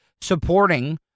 supporting